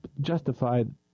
justified